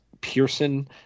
Pearson